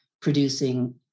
producing